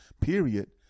period